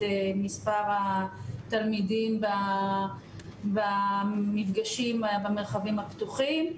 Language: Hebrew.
מספר התלמידים במפגשים במרחבים הפתוחים,